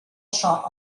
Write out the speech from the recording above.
shot